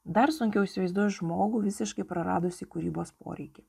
dar sunkiau įsivaizduoju žmogų visiškai praradusį kūrybos poreikį